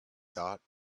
thought